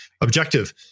objective